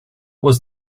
was